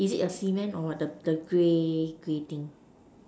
is it a cement or the the grey grey thing